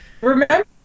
Remember